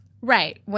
right